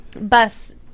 bus